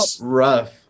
rough